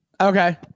okay